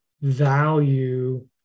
value